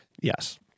yes